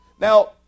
Now